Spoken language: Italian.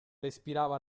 respirava